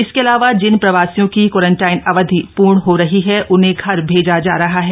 इसके अलावा जिन प्रवासियो की क्वारंटाइन अवधि पूर्ण हो रही है उन्हें घर भेजा जा रहा है